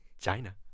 china